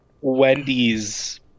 wendy's